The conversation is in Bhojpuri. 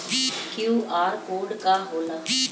क्यू.आर कोड का होला?